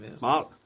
Mark